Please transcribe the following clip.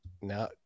No